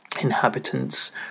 inhabitants